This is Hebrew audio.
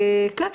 כן.